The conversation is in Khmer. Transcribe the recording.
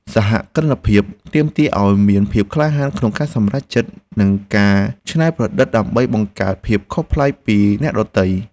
សហគ្រិនភាពទាមទារឱ្យមានភាពក្លាហានក្នុងការសម្រេចចិត្ត និងការច្នៃប្រឌិតដើម្បីបង្កើតភាពខុសប្លែកពីអ្នកដទៃ។